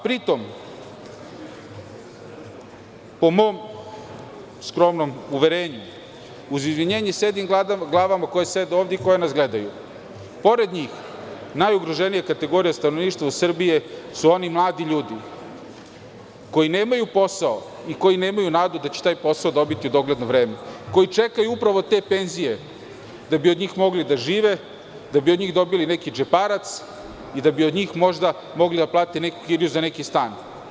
Pri tome, po mom skromnom uverenju, uz izvinjenje sedim glavama koje sede ovde i koje nas gledaju, pored njih, najugroženija kategorija stanovništva u Srbiji su oni mladi ljudi koji nemaju posao i koji nemaju nadu da će taj posao dobiti u dogledno vreme, koji čekaju upravo te penzije da bi od njih mogli da žive, da bi od njih dobili neki džeparac i da bi od njih možda mogli da plate neku kiriju za neki stan.